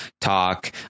talk